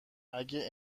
اگه